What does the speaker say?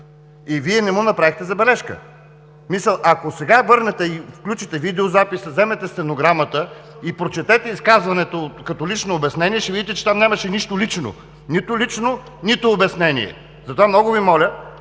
а не му направихте забележка. Ако сега върнете видеозаписа, вземете стенограмата и прочетете изказването като лично обяснение, ще видите, че там нямаше нищо лично – нито лично, нито обяснение. Много Ви моля,